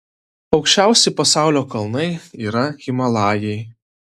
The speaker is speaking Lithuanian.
aukščiausi pasaulio kalnai yra himalajai